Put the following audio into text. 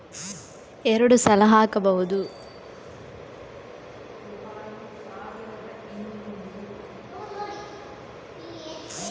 ರಸಗೊಬ್ಬರ ಎಷ್ಟು ಸಲ ಹಾಕಬೇಕು?